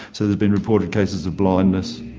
so there's been reported cases of blindness.